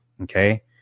okay